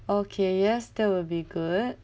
okay yes that will be good